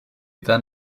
then